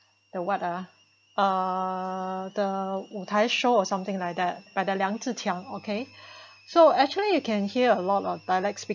the what ah ah the 舞台:Wu Tai show or something like that by the 梁智强:Liang Zhi Qiang okay so actually you can hear a lot of dialect speak